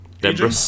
Debris